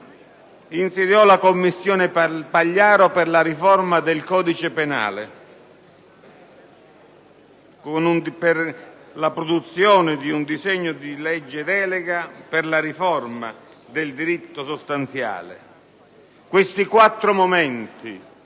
insediò la commissione Pagliaro per la riforma del codice penale e per la produzione di un disegno di legge delega per la riforma del diritto sostanziale. Questi quattro momenti